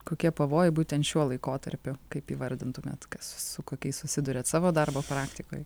kokie pavojai būtent šiuo laikotarpiu kaip įvardintumėt kas su kokiais susiduriat savo darbo praktikoj